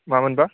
मा मोनबा